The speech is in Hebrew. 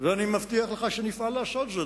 ואני מבטיח לך שנפעל לעשות זאת.